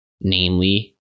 Namely